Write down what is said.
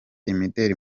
imideli